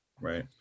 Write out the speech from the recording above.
right